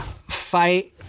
fight